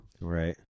Right